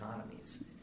economies